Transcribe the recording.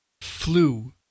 Flu